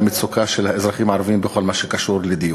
המצוקה של האזרחים הערבים בכל מה שקשור לדיור.